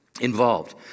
involved